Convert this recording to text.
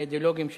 האידיאולוגיים,